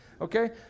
Okay